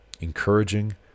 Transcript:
encouraging